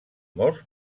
molts